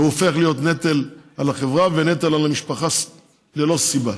והוא הופך להיות נטל על החברה ונטל על המשפחה ללא סיבה.